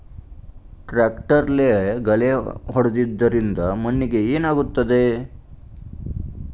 ಟ್ರಾಕ್ಟರ್ಲೆ ಗಳೆ ಹೊಡೆದಿದ್ದರಿಂದ ಮಣ್ಣಿಗೆ ಏನಾಗುತ್ತದೆ?